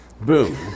Boom